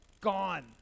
gone